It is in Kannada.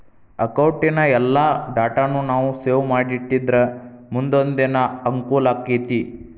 ಅಕೌಟಿನ್ ಎಲ್ಲಾ ಡಾಟಾನೂ ನಾವು ಸೇವ್ ಮಾಡಿಟ್ಟಿದ್ರ ಮುನ್ದೊಂದಿನಾ ಅಂಕೂಲಾಕ್ಕೆತಿ